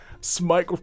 Smite